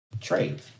Trade